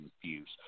confused